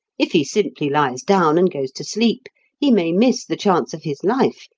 if he simply lies down and goes to sleep he may miss the chance of his life,